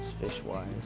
fish-wise